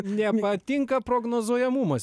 nepatinka prognozuojamumas